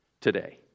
today